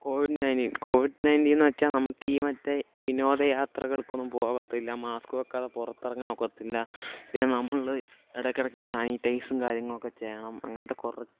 Covid nineteen covid nineteen എന്നു വച്ചാൽ നമുക്ക് ഈ മറ്റേ വിനോദ യാത്രകൾക്കൊന്നും പോവത്തില്ല മാസ്ക്ക് വെക്കാതെ പുറത്തിറങ്ങാൻ ഒക്കത്തില്ല പിന്നെ നമ്മൾ ഇടക്കിടയ്ക്ക് സാനിറ്റൈസും കാര്യങ്ങളൊക്കെ ചെയ്യണം അങ്ങനത്തെ കുറച്ച്